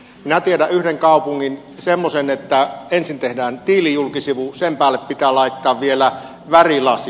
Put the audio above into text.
minä tiedän yhden kaupungin jossa ensin tehdään tiilijulkisivu sen päälle pitää laittaa vielä värilasi